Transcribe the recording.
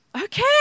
Okay